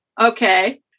Okay